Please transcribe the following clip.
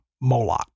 Moloch